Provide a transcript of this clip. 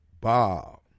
Bob